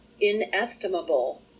inestimable